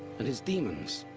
but his demons!